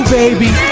baby